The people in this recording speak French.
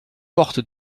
portes